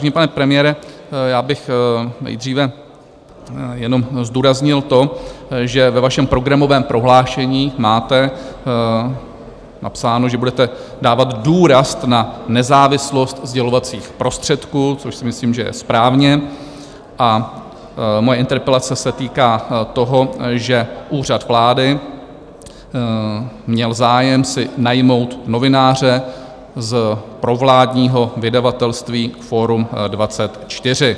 Vážený pane premiére, já bych nejdříve jenom zdůraznil to, že ve vašem programovém prohlášení máte napsáno, že budete dávat důraz na nezávislost sdělovacích prostředků, což si myslím, že je správně, a moje interpelace se týká toho, že Úřad vlády měl zájem si najmout novináře z provládního vydavatelství Forum24.